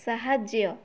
ସାହାଯ୍ୟ